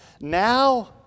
now